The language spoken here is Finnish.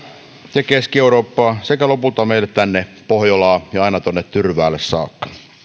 sieltä keski eurooppaan sekä lopulta meille tänne pohjolaan ja aina tuonne tyrväälle saakka